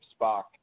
Spock